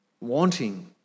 wanting